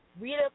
Rita